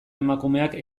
emakumeak